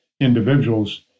individuals